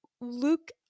Luke